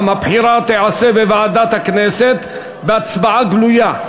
הבחירה תיעשה בוועדת הכנסת בהצבעה גלויה.